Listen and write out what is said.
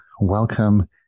welcome